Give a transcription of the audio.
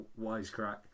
wisecrack